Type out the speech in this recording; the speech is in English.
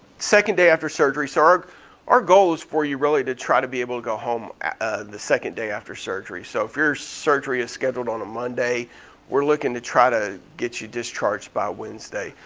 second day after surgery, so our our goal is for you really to try to be able to go home the second day after surgery. so if your surgery is scheduled on a monday we're looking to try to get you discharged by wednesday.